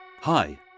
Hi